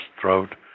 throat